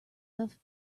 left